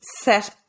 set